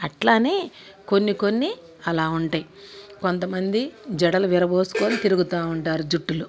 అట్లానే కొన్ని కొన్ని అలా ఉంటాయి కొంతమంది జడలు విరబోసుకొని తిరుగుతూ ఉంటారు జుట్టులో